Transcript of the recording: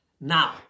Now